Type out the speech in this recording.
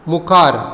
मुखार